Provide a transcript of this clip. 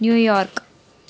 New York